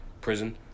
prison